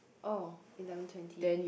oh eleven twenty